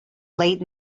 late